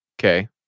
Okay